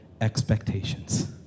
expectations